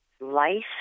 life